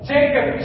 Jacob